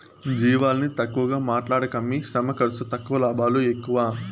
జీవాలని తక్కువగా మాట్లాడకమ్మీ శ్రమ ఖర్సు తక్కువ లాభాలు ఎక్కువ